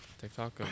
tiktok